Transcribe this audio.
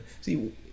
See